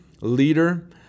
leader